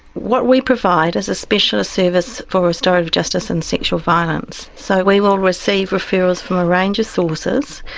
what we provide is a specialist service for restorative justice in sexual violence. so we will receive referrals from a range of sources,